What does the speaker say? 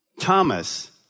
Thomas